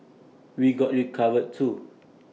we got you covered too